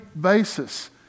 basis